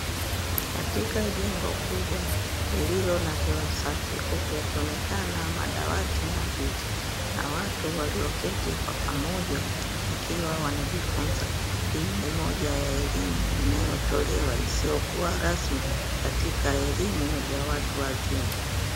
Katika jengo kubwa lililo na hewa safi huku yakionekana madawati na viti na watu walioketi kwa pamoja wakiwa wanajifunza, hii ni moja ya elimu inayotolewa isiyokuwa rasmi katika elimu ya watu wazima.